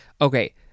Okay